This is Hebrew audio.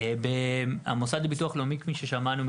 כפי ששמענו,